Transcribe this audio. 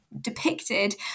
depicted